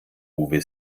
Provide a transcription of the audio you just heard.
uwe